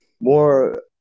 more